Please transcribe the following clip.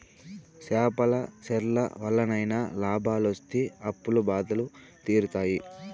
చేపల చెర్ల వల్లనైనా లాభాలొస్తి అప్పుల బాధలు తీరుతాయి